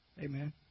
Amen